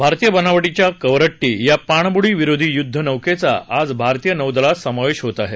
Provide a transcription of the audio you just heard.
भारतीय बनावटीच्या कवरटी या पाणबुडी विरोधी युद्ध नौकेचा आज भारतीय नौदलात समावेश होत आहे